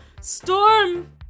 storm